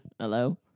Hello